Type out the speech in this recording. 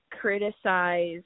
criticize